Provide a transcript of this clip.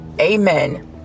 amen